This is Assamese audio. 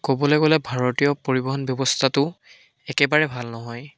ক'বলৈ গ'লে ভাৰতীয় পৰিৱহন ব্যৱস্থাটো একেবাৰে ভাল নহয়